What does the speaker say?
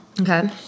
Okay